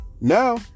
Now